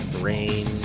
rain